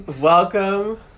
Welcome